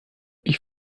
ich